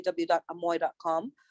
www.amoy.com